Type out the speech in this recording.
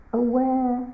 aware